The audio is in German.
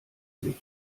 sich